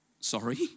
Sorry